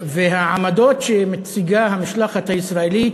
העמדות שהמשלחת הישראלית